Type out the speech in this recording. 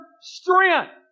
strength